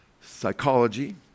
psychology